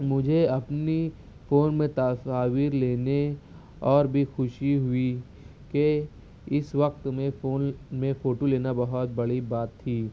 مجھے اپنی فون میں تصاویر لینے اور بھی خوشی ہوئی کہ اس وقت میں فون میں فوٹو لینا بہت بڑی بات تھی